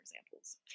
examples